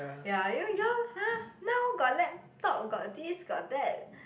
ya you know you all !huh! now got laptop got this got that